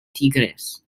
tigres